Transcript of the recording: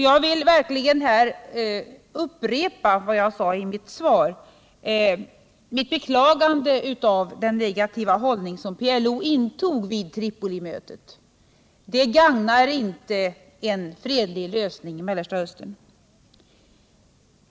Jag vill verkligen här upprepa vad jag sade i mitt svar, mitt beklagande av den negativa hållning PLO intog vid Tripolimötet. Den gagnar inte en fredlig lösning i Mellersta Östern.